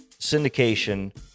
syndication